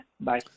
Bye